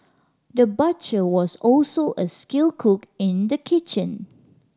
the butcher was also a skilled cook in the kitchen